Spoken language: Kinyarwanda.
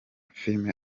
filime